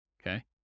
Okay